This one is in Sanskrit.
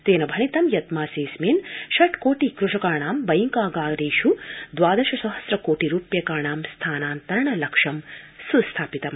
तेन भणितं यत् मासेऽस्मिन् ष क्रिोर्ट कृषकाणां बैंकागारेषु द्वादश सहस्र कोर्डि रूप्यकाणां स्थानान्तरण लक्ष्यं स्थापितम्